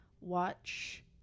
watch